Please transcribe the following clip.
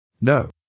No